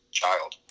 child